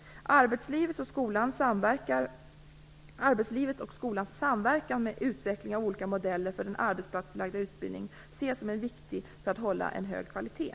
Arbetslivets och skolans samverkan med utveckling av olika modeller för den arbetsplatsförlagda utbildningen ser jag som mycket viktig för att hålla en hög kvalitet.